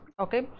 okay